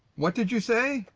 what did you say?